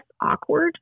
awkward